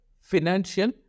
financial